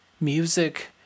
music